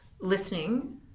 listening